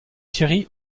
thierry